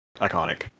iconic